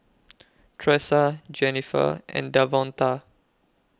Tressa Jenifer and Davonta